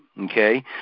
okay